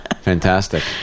Fantastic